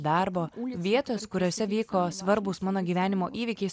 darbo vietos kuriose vyko svarbūs mano gyvenimo įvykiai